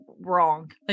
wrong